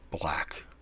black